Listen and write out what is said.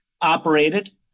operated